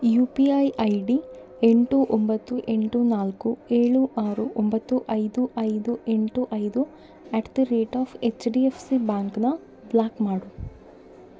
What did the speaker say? you P I I D ಎಂಟು ಒಂಬತ್ತು ಎಂಟು ನಾಲ್ಕು ಏಳು ಆರು ಒಂಬತ್ತು ಐದು ಐದು ಎಂಟು ಐದು at the rate of H D F C ಬ್ಯಾಂಕನ್ನು ಬ್ಲಾಕ್ ಮಾಡು